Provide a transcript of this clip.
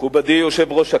מכובדי יושב-ראש הכנסת,